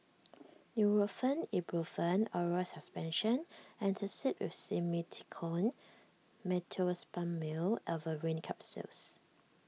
Nurofen Ibuprofen Oral Suspension Antacid with Simethicone Meteospasmyl Alverine Capsules